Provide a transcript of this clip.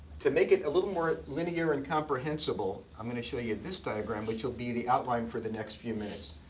to make it a little more linear and comprehensible, i'm going to show you this diagram, which will be the outline for the next few minutes.